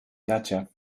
gotcha